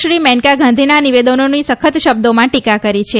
શ્રી મેનકા ગાંધીના નિવેદનોની સખત શબ્દોમાં ટીકા કરી છે